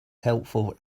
helpful